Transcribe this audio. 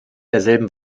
derselben